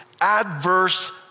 adverse